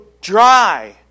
dry